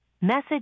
Message